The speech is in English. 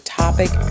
topic